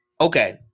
Okay